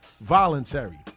voluntary